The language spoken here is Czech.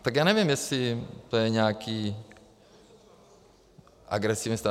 Tak já nevím, jestli to je nějaký agresivní stát.